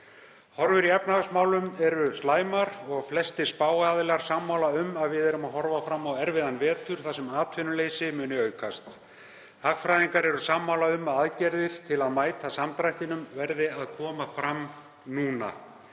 Horfur í efnahagsmálum eru slæmar og flestir spáaðilar sammála um að við horfum fram á erfiðan vetur þar sem atvinnuleysi muni aukast. Hagfræðingar eru sammála um að aðgerðir til að mæta samdrættinum verði að koma fram núna.